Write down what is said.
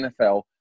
NFL